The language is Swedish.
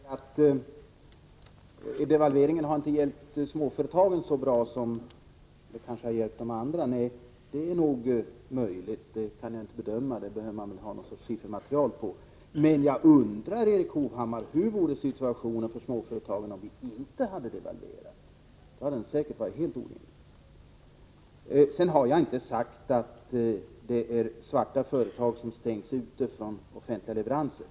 Herr talman! Erik Hovhammar säger att devalveringen inte har hjälpt småföretagen så mycket som den kanske har hjälpt andra, och det är möjligt. Jag kan inte bedöma den saken. För det behövs nog någon sorts siffermaterial. Men jag undrar, Erik Hovhammar, hur situationen vore för småföretagen om vi inte hade devalverat. Då hade den säkert varit helt orimlig. Jag har inte sagt att svarta företag utestängts från offentliga leveranser.